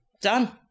done